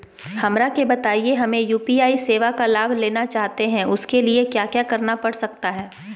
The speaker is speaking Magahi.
हमरा के बताइए हमें यू.पी.आई सेवा का लाभ लेना चाहते हैं उसके लिए क्या क्या करना पड़ सकता है?